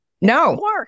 No